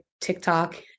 tiktok